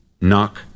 Knock